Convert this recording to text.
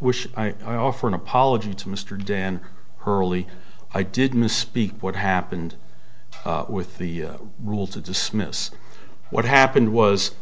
which i offer an apology to mr dan hurley i didn't speak what happened with the rule to dismiss what happened was the